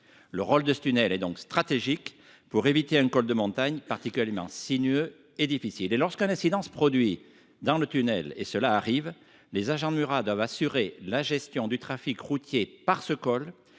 Le rôle de ce tunnel est donc stratégique pour éviter un col de montagne particulièrement sinueux et difficile. En outre, lorsqu'un incident se produit à l'intérieur du tunnel, comme cela arrive parfois, les agents du CEI de Murat doivent assurer la gestion du trafic routier par ce col,